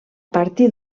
partir